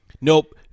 nope